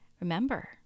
Remember